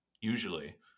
usually